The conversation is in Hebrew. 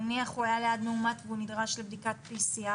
נניח הוא היה ליד מאומת והוא נדרש לבדיקת PCR,